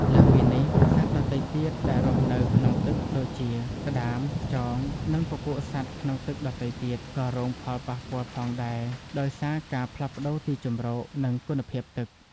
លើសពីនេះ សត្វដទៃទៀតដែលរស់នៅក្នុងទឹក ដូចជា ក្តាម ខ្យង និងពពួកសត្វក្នុងទឹកដទៃទៀត ក៏រងផលប៉ះពាល់ផងដែរ ដោយសារការផ្លាស់ប្តូរទីជម្រក និងគុណភាពទឹក។